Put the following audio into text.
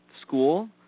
school